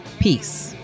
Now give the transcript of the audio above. Peace